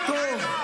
בושה וחרפה.